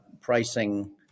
pricing